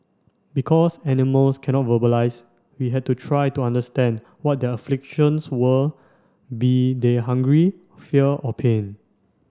because animals cannot verbalise we had to try to understand what their afflictions were be they hunger fear or pain